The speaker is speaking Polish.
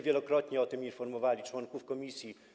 Wielokrotnie o tym informowaliśmy członków komisji.